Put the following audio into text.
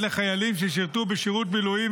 התשפ"ד 2024,